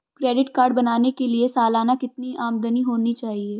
Credit card बनाने के लिए सालाना कितनी आमदनी होनी चाहिए?